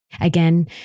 Again